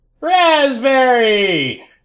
Raspberry